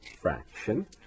fraction